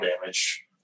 damage